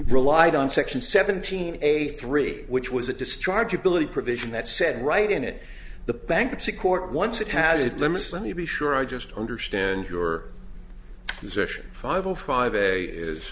relied on section seventeen eighty three which was a discharge ability provision that said right in it the bankruptcy court once it had limits let me be sure i just understand your position five zero five a is